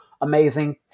Amazing